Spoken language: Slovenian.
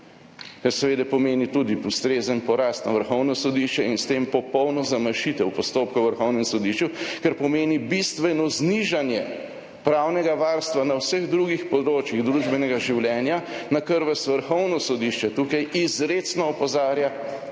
kar seveda pomeni tudi ustrezen porast na Vrhovno sodišče in s tem popolno zamašitev postopkov na Vrhovnem sodišču, kar pomeni bistveno znižanje pravnega varstva na vseh drugih področjih družbenega življenja, na kar vas Vrhovno sodišče tukaj izrecno opozarja. Vse to so